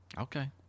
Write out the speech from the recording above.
Okay